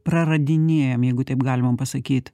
praradinėjam jeigu taip galima pasakyt